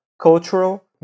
cultural